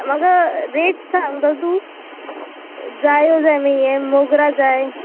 म्हाका रेट सांगता तूं जायो जाय मागी मोगरा जाय